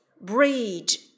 bridge